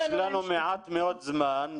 יש לנו מעט מאוד זמן.